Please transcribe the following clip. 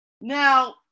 Now